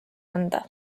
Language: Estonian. anda